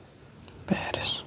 Paris